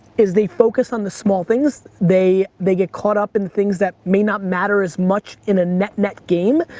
is they focus on the small things. they they get caught up in the things that may not matter as much in a net net game,